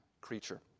creature